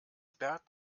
bert